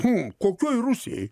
hm kokioj rusijoj